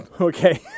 Okay